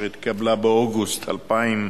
שהתקבלה באוגוסט 2009,